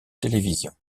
télévision